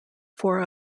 four